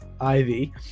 ivy